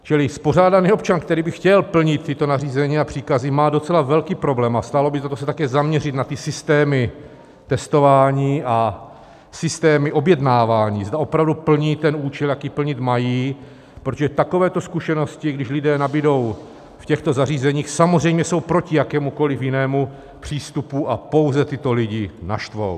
Čili spořádaný občan, který by chtěl plnit tato nařízení a příkazy, má docela velký problém, a stálo by za to se také zaměřit na ty systémy testování a systémy objednávání, zda opravdu plní ten účel, jaký plnit mají, protože takovéto zkušenosti když lidé nabudou v těchto zařízeních, samozřejmě jsou proti jakémukoli jinému přístupu, a pouze tyto lidi naštvou.